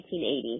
1880